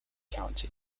county